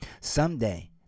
someday